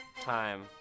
time